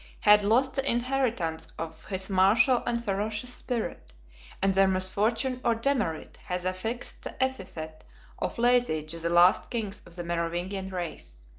had lost the inheritance of his martial and ferocious spirit and their misfortune or demerit has affixed the epithet of lazy to the last kings of the merovingian race.